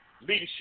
Leadership